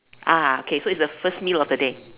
ah okay so it's the first meal of the day